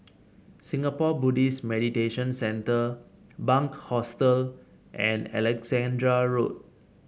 Singapore Buddhist Meditation Centre Bunc Hostel and Alexandra Road